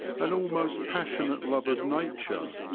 an almost passionate love of nature,